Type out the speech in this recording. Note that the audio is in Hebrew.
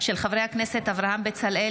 הצעתם של חברי הכנסת אברהם בצלאל,